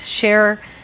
share